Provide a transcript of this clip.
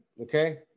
okay